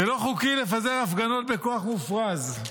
זה לא חוקי לפזר הפגנות בכוח מופרז.